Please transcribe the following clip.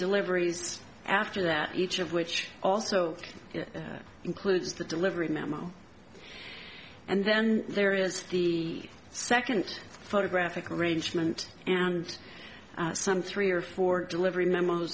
deliveries after that each of which also includes the delivery memo and then there is the second photographic arrangement and some three or four delivery memos